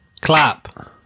Clap